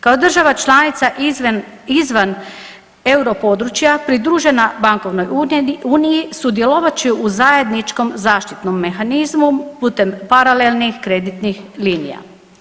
Kao država članica izvan euro područja pridružena bankovnoj uniji sudjelovat će u zajedničkom zaštitnom mehanizmu putem paralelnih kreditnih linija.